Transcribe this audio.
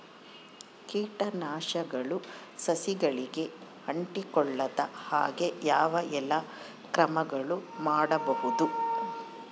ಕೇಟನಾಶಕಗಳು ಸಸಿಗಳಿಗೆ ಅಂಟಿಕೊಳ್ಳದ ಹಾಗೆ ಯಾವ ಎಲ್ಲಾ ಕ್ರಮಗಳು ಮಾಡಬಹುದು?